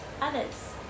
others